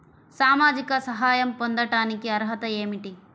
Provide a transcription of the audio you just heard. సామాజిక సహాయం పొందటానికి అర్హత ఏమిటి?